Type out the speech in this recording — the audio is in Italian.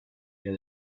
via